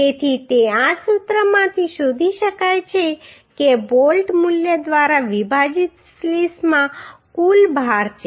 તેથી તે આ સૂત્રોમાંથી શોધી શકાય છે કે બોલ્ટ મૂલ્ય દ્વારા વિભાજિત સ્પ્લિસમાં કુલ ભાર છે